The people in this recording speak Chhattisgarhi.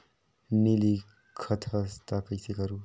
नी लिखत हस ता कइसे करू?